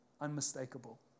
unmistakable